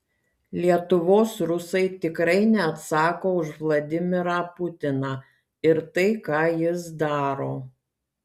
lietuvos rusai tikrai neatsako už vladimirą putiną ir tai ką jis daro